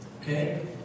Okay